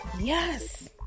yes